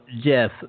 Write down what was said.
Jeff